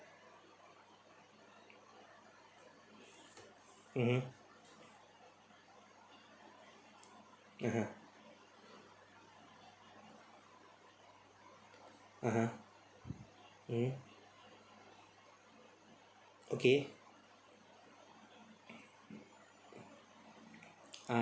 mmhmm (uh huh) (uh huh) mm okay (uh huh)